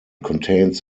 contains